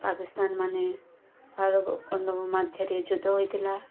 ପାକିସ୍ତାନମାନେ ଆରବ ମଧ୍ୟରେ ଯୁଦ୍ଧ ହୋଇଥିଲା